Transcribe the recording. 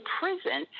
prison